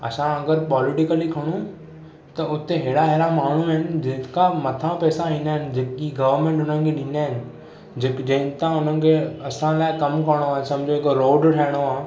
असां अगर पोलिटिकली खणूं त हुते अहिड़ा अहिड़ा माण्हू आहिनि जेका मथां पैसा ईंदा आहिनि जेकी गवरमेंट हुननि खे ॾींदा आहिनि जंहिं तां हुननि खे असां लाइ कमु करणो आहे समझो हिकु रोड ठाहिणो आहे